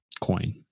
Coin